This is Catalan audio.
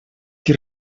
qui